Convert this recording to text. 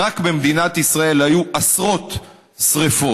אבל רק במדינת ישראל היו עשרות שרפות,